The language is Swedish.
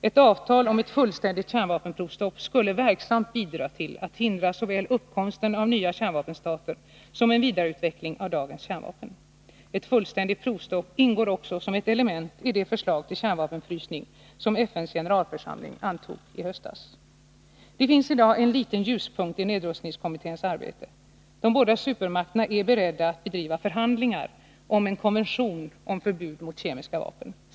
Ett avtal om fullständigt kärnvapenprovstopp skulle verksamt bidra till att hindra såväl uppkomsten av nya kärnvapenstater som en vidareutveckling av dagens kärnvapen. Ett fullständigt provstopp ingår också som ett element i det förslag till kärnvapenfrysning som FN:s generalförsamling antog i höstas. Det finns i dag en liten ljuspunkt i nedrustningskommitténs arbete. De båda supermakterna är beredda att bedriva förhandlingar om en konvention om förbud mot kemiska vapen.